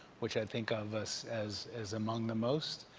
which i think of us as as among the most.